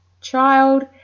child